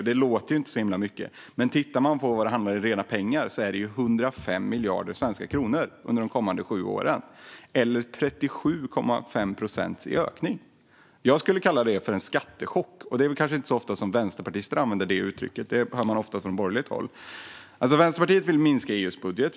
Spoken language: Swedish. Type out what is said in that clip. Det låter inte som att det är så himla mycket, men om man tittar på vad det handlar om i reda pengar ser man att det är 105 miljarder svenska kronor under de kommande sju åren eller en ökning på 37,5 procent. Jag skulle kalla detta för en skattechock. Det är kanske inte så ofta som vänsterpartister använder det uttrycket, utan man hör det oftast från borgerligt håll. Vänsterpartiet vill minska EU:s budget.